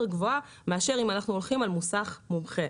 גבוהה מאשר אם אנחנו הולכים על מוסך מומחה.